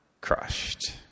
crushed